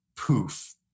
Poof